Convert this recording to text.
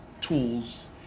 tools